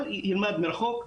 אבל ילמד מרחוק.